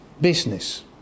business